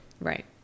Right